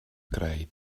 greu